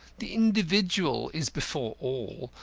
the individual is before all.